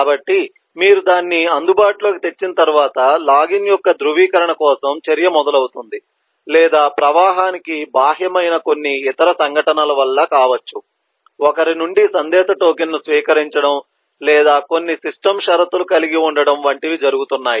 కాబట్టి మీరు దాన్ని అందుబాటులోకి తెచ్చిన తర్వాత లాగిన్ యొక్క ధృవీకరణ కోసం చర్య మొదలవుతుంది లేదా ప్రవాహానికి బాహ్యమైన కొన్ని ఇతర సంఘటనల వల్ల కావచ్చు ఒకరి నుండి సందేశ టోకెన్ను స్వీకరించడం లేదా కొన్ని సిస్టమ్ షరతులు కలిగి ఉండటం వంటివి జరుగుతున్నాయి